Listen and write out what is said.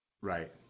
Right